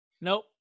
Nope